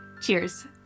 Cheers